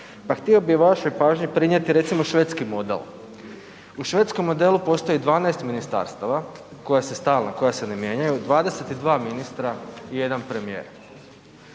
Pa htio bi vašoj pažnji prinijeti recimo švedski model. U švedskom modelu postoji 12 ministarstva koja su stalna, koja se ne mijenjaju, 22 ministra i jedan premijer.